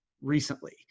recently